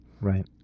Right